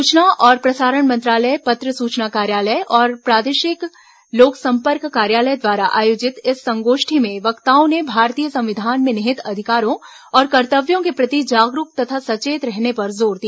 सूचना और प्रसारण मंत्रालय पत्र सूचना कार्यालय और प्रादेशिक लोकसंपर्क कार्यालय द्वारा आयोजित इस संगोष्ठी में वक्ताओं ने भारतीय संविधान में निहित अधिकारों और कर्तव्यों के प्रति जागरूक तथा सचेत रहने पर जोर दिया